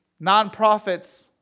Nonprofits